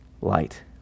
light